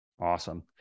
Awesome